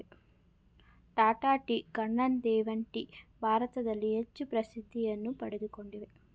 Tata tea, Kannan Devan tea ಭಾರತದಲ್ಲಿ ಹೆಚ್ಚು ಪ್ರಸಿದ್ಧಿಯನ್ನು ಪಡಕೊಂಡಿವೆ